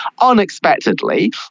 unexpectedly